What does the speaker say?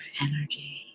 energy